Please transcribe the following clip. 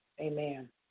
Amen